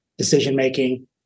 decision-making